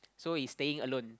so he's staying alone